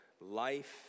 life